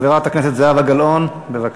חברת הכנסת זהבה גלאון, בבקשה.